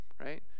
right